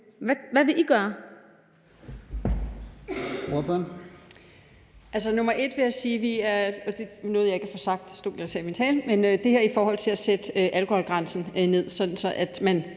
Hvad vil I gøre?